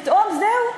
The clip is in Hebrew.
פתאום זהו?